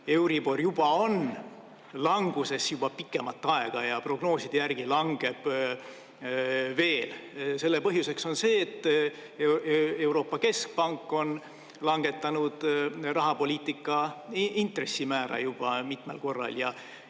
euribor juba on languses pikemat aega ja prognooside järgi langeb veel. Selle põhjuseks on see, et Euroopa Keskpank on langetanud rahapoliitika intressimäära juba mitmel korral ja